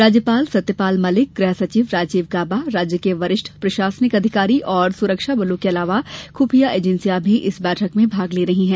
राज्यपाल सत्यपाल मलिक गृहसचिव राजीव गाबा राज्य के वरिष्ठ प्रशासनिक अधिकारी और सुरक्षाबलों के अलावा खुफिया एजेंसियां भी इस बैठक में भाग ले रही हैं